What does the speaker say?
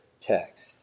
text